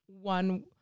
one